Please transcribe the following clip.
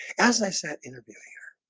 as i said in earlier